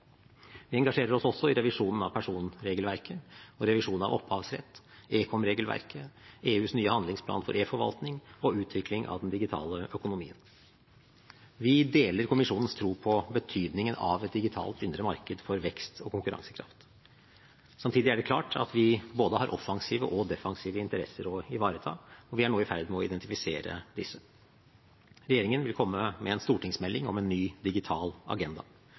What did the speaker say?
Vi engasjerer oss også i revisjonen av personregelverket og revisjon av opphavsrett, ekom-regelverket, EUs nye handlingsplan for e-forvaltning og utvikling av den digitale økonomien. Vi deler kommisjonens tro på betydningen av et digitalt indre marked for vekst og konkurransekraft. Samtidig er det klart at vi har både offensive og defensive interesser å ivareta, og vi er nå i ferd med å identifisere disse. Regjeringen vil komme med en stortingsmelding om en Ny Digital Agenda.